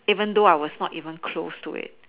even though I was not even close to it